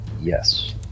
Yes